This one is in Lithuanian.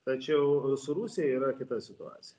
tačiau su rusija yra kita situacija